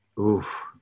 oof